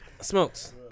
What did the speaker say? Smokes